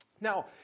Now